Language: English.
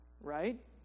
right